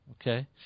Okay